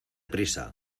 prisa